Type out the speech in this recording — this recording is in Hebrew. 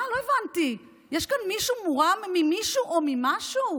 מה, לא הבנתי, יש כאן מישהו מורם ממישהו או ממשהו?